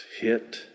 hit